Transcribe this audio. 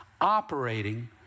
operating